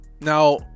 Now